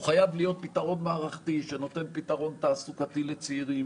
הוא חייב להיות פתרון מערכתי שנותן פתרון תעסוקתי לצעירים,